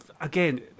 again